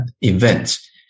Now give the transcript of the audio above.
events